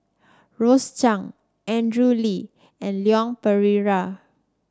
Rose Chan Andrew Lee and Leon Perera